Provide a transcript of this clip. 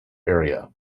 area